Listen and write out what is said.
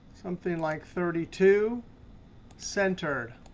something like thirty two centered.